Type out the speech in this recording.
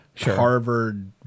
harvard